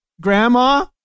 grandma